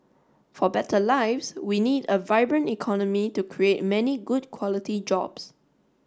for better lives we need a vibrant economy to create many good quality jobs